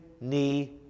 knee